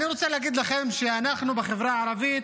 אני רוצה להגיד לכם, שאנחנו בחברה הערבית,